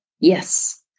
Yes